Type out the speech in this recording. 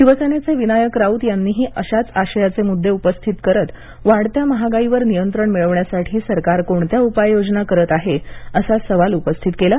शिवसेनेचे विनायक राउत यांनीही याच आशयाचे मुद्दे उपस्थित करत वाढत्या महागाईवर नियंत्रण मिळवण्यासाठी सरकार कोणत्या उपाय योजना करत आहे असा सवाल उपस्थित केला